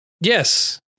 Yes